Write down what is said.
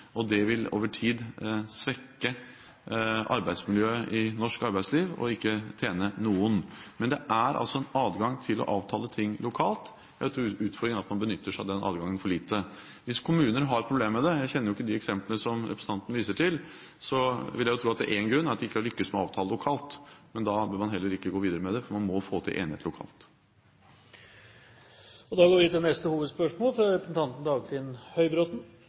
og ikke tjene noen. Men det er altså en adgang til å avtale ting lokalt. Jeg tror utfordringen er at man benytter seg av den adgangen for lite. Hvis kommuner har problemer med det – jeg kjenner jo ikke de eksemplene som representanten viser til – så vil jeg tro at en grunn er at de ikke har lyktes med å avtale lokalt. Men da bør man heller ikke gå videre med det, for man må få til enighet lokalt. Vi går til neste hovedspørsmål.